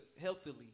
healthily